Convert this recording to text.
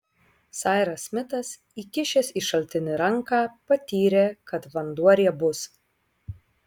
sairas smitas įkišęs į šaltinį ranką patyrė kad vanduo riebus